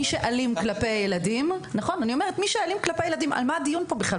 מי שאלים כלפי ילדים, על מה הדיון כאן בכלל?